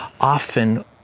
often